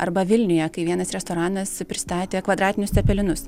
arba vilniuje kai vienas restoranas pristatė kvadratinius cepelinus